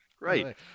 Right